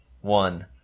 one